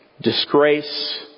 disgrace